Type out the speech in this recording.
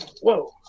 Whoa